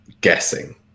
guessing